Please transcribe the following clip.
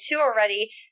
already